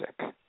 sick